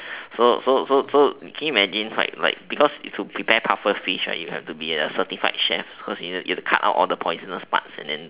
so so so so can you imagine like like because you prepare pufferfish right you have to be a certified chef cause you need to cut out the poisonous part and then